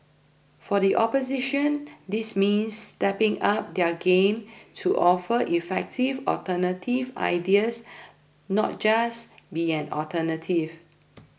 for the opposition this means stepping up their game to offer effective alternative ideas not just be an alternative